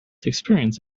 experience